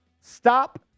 Stop